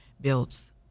builds